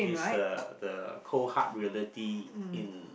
the cold hard reality in